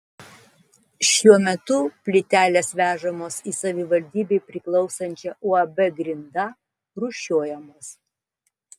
šiuo metu plytelės vežamos į savivaldybei priklausančią uab grinda rūšiuojamos